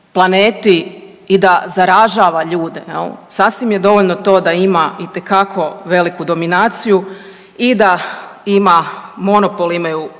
i da zaražava ljude jel, sasvim je dovoljno to da ima itekako veliku dominaciju i da ima monopol imaju